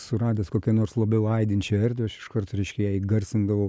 suradęs kokią nors labiau aidinčią erdvę aš iš karto reiškia ją įgarsindavau